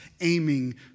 aiming